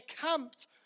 camped